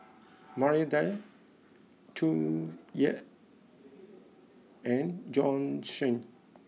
Maria Dyer Tsung Yeh and Bjorn Shen